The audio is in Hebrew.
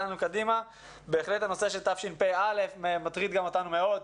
הנושא של תשפ"א מטריד גם אותנו מאוד,